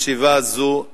ישיבה זו נעולה.